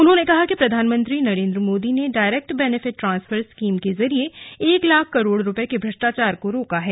उन्होंने कहा कि प्रधानमंत्री नरेंद्र मोदी ने डायरेक्ट बेनिफिट स्कीम के जरिये एक लाख करोड़ रुपए के भ्रष्टाचार को रोका है